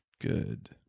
Good